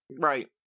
right